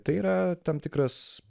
tai yra tam tikras